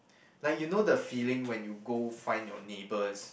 like you know the feeling when you go find your neighbours